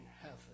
heaven